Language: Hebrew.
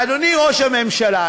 אדוני ראש הממשלה,